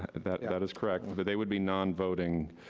and that yeah that is correct. but they would be non-voting